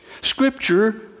Scripture